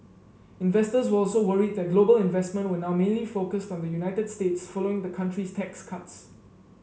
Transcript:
investors were also worried that global investment would now mainly focused on the United States following the country's tax cuts